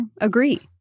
agree